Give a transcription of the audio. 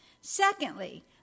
Secondly